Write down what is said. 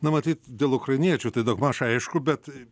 na matyt dėl ukrainiečių tai daugmaž aišku bet